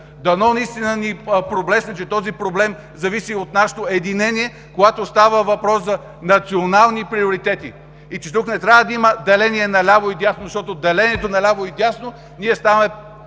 Дано наистина ни проблесне, че този проблем зависи от нашето единение, когато става въпрос за национални приоритети, и че тук не трябва да има деление на ляво и дясно, защото с делението на ляво и дясно ставаме